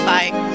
Bye